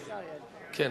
כן.